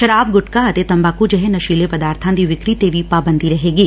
ਸ਼ਰਾਬ ਗੁਟਕਾ ਅਤੇ ਤੰਬਾਕੁ ਜਿਹੇ ਨਸ਼ੀਲੇ ਪਦਾਰਬਾਂ ਦੀ ਵਿਕਰੀ ਤੇ ਪਾਬੰਦੀ ਰਹੇਗੀ